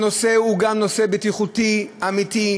הנושא הוא גם נושא בטיחותי אמיתי,